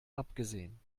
abgesehen